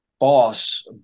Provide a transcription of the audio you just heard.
boss